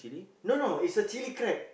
no no is a chilli crab